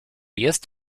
jest